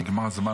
רק נגמר הזמן.